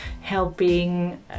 helping